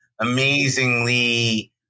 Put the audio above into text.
amazingly